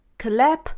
clap